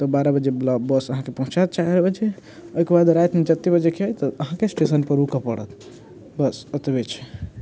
तऽ बारह बजेवला बस अहाँकेँ पहुँचाओत चारि बजे ओकर बाद रातिमे जतेक बजेके अइ तऽ अहाँकेँ स्टेशनपर रूकय पड़त बस एतबहि छै